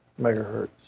megahertz